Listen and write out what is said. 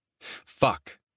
Fuck